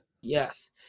Yes